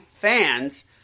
fans